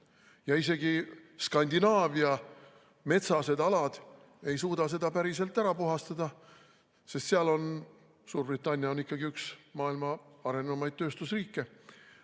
Ja isegi Skandinaavia metsased alad ei suuda seda päriselt ära puhastada, sest Suurbritannia on ikkagi üks maailma arenenumaid tööstusriike.